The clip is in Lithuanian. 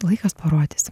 laikas parodys